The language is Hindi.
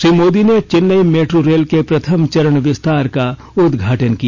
श्री मोदी ने चेन्नई मेट्रो रेल के प्रथम चरण विस्तार का उदघाटन किया